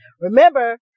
Remember